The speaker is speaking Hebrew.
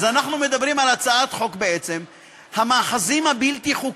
אז אנחנו מדברים בעצם על הצעת חוק המאחזים הבלתי-חוקיים.